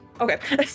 Okay